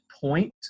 point